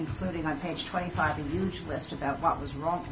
including on page twenty five a huge list about what was wrong